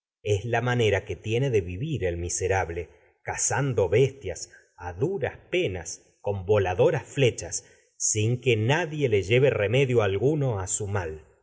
la manera que a tiene de vivir vola a el miserable bestias duras penas con doras flechas sin nadie le lleve remedio alguno